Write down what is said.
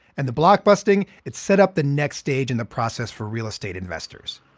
and the blockbusting, it set up the next stage in the process for real estate investors,